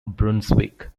brunswick